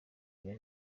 bya